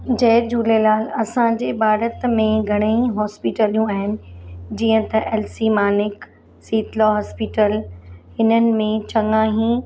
जय झूलेलाल असांजे भारत में घणेई हॉस्पिटलियूं आहिनि जीअं त L C Manek Sheetla hospital हिननि में चङा ई